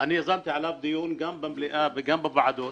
נושא שיזמתי בו דיון גם במליאה וגם בוועדות